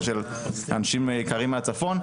ושל אנשים יקרים מהצפון,